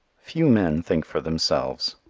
few men think for themselves.